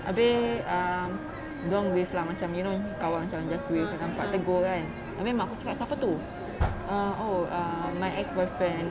abeh um dia orang wave lah macam you know kawan macam biasa gitu nampak tegur kan abeh mak aku cakap siapa tu um oh my ex boyfriend